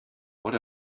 what